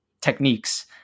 techniques